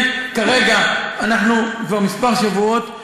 מספר שיא,